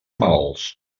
mals